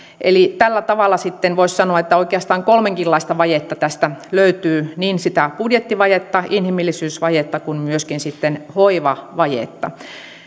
tällä tavalla sitten voisi sanoa oikeastaan kolmenkinlaista vajetta tästä löytyy niin sitä budjettivajetta inhimillisyysvajetta kuin myöskin sitten hoivavajetta